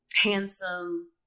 handsome